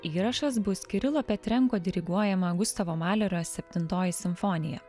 įrašas bus kirilo petrenko diriguojama gustavo malerio septintoji simfonija